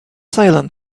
silent